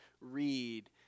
read